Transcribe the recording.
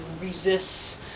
resists